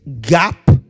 gap